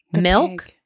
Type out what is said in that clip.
Milk